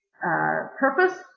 purpose